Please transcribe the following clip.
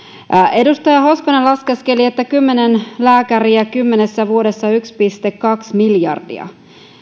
edustaja hoskonen laskeskeli että kymmenen lääkäriä kymmenessä vuodessa on yksi pilkku kaksi miljardia